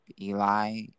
Eli